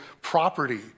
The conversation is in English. property